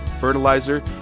fertilizer